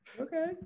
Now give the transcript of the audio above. Okay